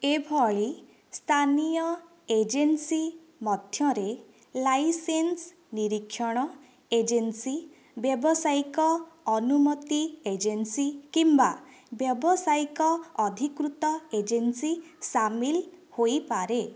ଏଭଳି ସ୍ଥାନୀୟ ଏଜେନ୍ସି ମଧ୍ୟରେ ଲାଇସେନ୍ସ ନିରୀକ୍ଷଣ ଏଜେନ୍ସି ବ୍ୟାବସାୟିକ ଅନୁମତି ଏଜେନ୍ସି କିମ୍ବା ବ୍ୟାବସାୟିକ ଅଧିକୃତ ଏଜେନ୍ସି ସାମିଲ ହୋଇପାରେ